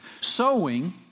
sowing